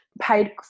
paid